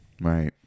Right